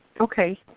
Okay